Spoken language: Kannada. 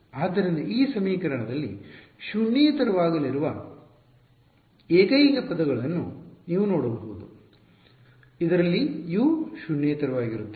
ಆದ್ದರಿಂದ ಈ ಸಮೀಕರಣದಲ್ಲಿ ಶೂನ್ಯೇತರವಾಗಲಿರುವ ಏಕೈಕ ಪದಗಳನ್ನು ನೀವು ನೋಡಬಹುದು ಇದರಲ್ಲಿ U ಶೂನ್ಯೇತರವಾಗಿರುತ್ತವೆ